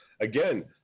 again